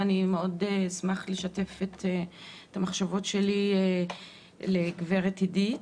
ואשמח לשתף את המחשבות שלי עם הגברת עדית.